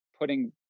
putting